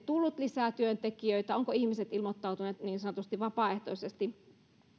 olisi tullut lisää työntekijöitä ovatko ihmiset ilmoittautuneet niin sanotusti vapaaehtoisesti